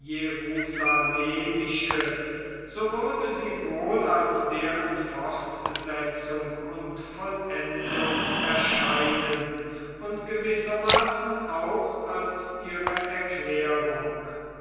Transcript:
so würde sie wohl als deren fortsetzung und vollendung erscheinen und gewissermaßen auch als ihre erklärung